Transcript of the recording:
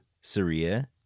Saria